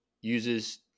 uses